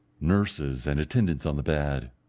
nurses, and attendants on the bad.